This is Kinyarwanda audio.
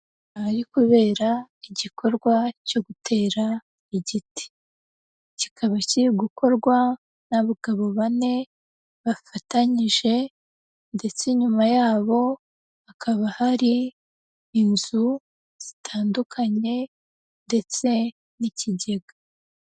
Ahari kubera igikorwa cyo gutera igiti, kikaba kiri gukorwa n'abagabo bane, bafatanyije ndetse inyuma yabo, hakaba hari inzu zitandukanye ndetse n'ikigega.